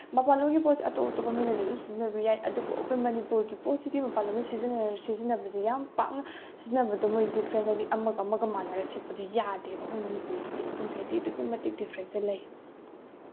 ꯃꯄꯥꯜꯂꯣꯝꯒꯤ ꯄꯣꯠꯁꯦ ꯑꯇꯣꯞ ꯑꯇꯣꯞꯄ ꯃꯤꯅꯁꯨ ꯑꯗꯨꯝ ꯁꯤꯖꯤꯟꯅꯕ ꯌꯥꯏ ꯑꯗꯨꯕꯨ ꯑꯩꯈꯣꯏ ꯃꯅꯤꯄꯨꯔꯒꯤ ꯄꯣꯠꯁꯤꯗꯤ ꯃꯄꯥꯜꯂꯣꯝꯗꯒꯤ ꯁꯤꯖꯤꯟꯅꯕꯁꯦ ꯌꯥꯝ ꯄꯥꯛꯅ ꯁꯤꯖꯤꯟꯅꯕꯗꯣ ꯃꯣꯏ ꯗꯤꯐ꯭ꯔꯦꯟ ꯍꯥꯏꯗꯤ ꯑꯃꯒ ꯑꯃꯒ ꯃꯥꯟꯅꯔ ꯁꯦꯠꯄꯗꯤ ꯌꯥꯗꯦꯕ ꯑꯩꯈꯣꯏ ꯃꯅꯤꯄꯨꯔꯒꯤꯗꯤ ꯑꯗꯨꯅ ꯍꯥꯏꯗꯤ ꯑꯗꯨꯛꯀꯤ ꯃꯇꯤꯛ ꯗꯤꯐ꯭ꯔꯦꯟꯁꯁꯦ ꯂꯩ